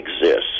exists